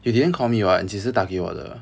you didn't call me [what] 你几时打给我的